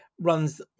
runs